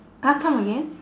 !huh! come again